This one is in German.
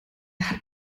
hat